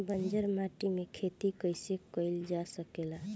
बंजर माटी में खेती कईसे कईल जा सकेला?